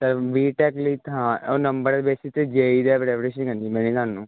ਅ B Tech ਲਈ ਹਾਂ ਉਹ ਨੰਬਰ ਵਿੱਚ ਅਤੇ ਜੇ ਈ ਲੈਂਦੇ ਮੇਰੇ ਹਿਸਾਬ ਨੂੰ